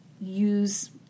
use